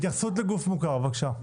התייחסות לגוף מוכר, בבקשה.